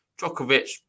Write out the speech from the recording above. Djokovic